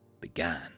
began